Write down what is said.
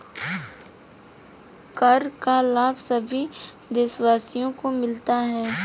कर का लाभ सभी देशवासियों को मिलता है